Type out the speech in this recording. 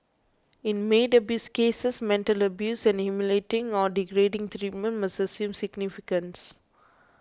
in maid abuse cases mental abuse and humiliating or degrading treatment must assume significance